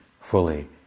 fully